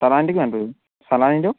চালানিটো কিমানটো চালানিটো